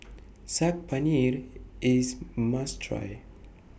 Saag Paneer IS must Try